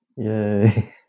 Yay